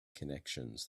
connections